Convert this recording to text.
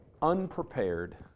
Unprepared